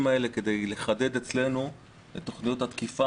האלה כדי לחדד אצלנו את תוכניות התקיפה,